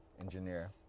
engineer